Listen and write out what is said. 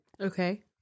Okay